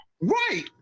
Right